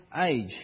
age